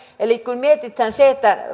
eli kun mietitään